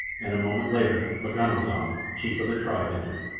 and a moment later m'ganwazam, chief of the tribe, entered.